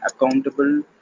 accountable